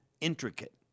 intricate